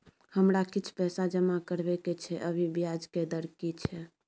हमरा किछ पैसा जमा करबा के छै, अभी ब्याज के दर की छै?